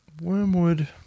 Wormwood